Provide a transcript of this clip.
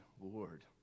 Lord